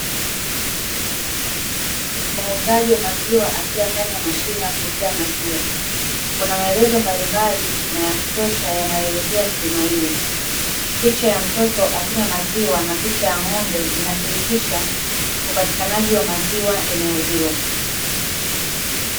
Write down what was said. Muuzaji wa maziwa akiwa ndani ya mashine ya kuuzia maziwa, kuna maelezo mbalimbali na ya kutosha, yanayoelezea huduma hiyo. Picha ya mtoto akinywa maziwa na picha ya ng'ombe inathibitisha upatikanaji wa maziwa eneo hilo.